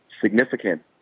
significant